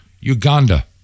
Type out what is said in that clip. Uganda